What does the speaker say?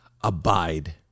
Abide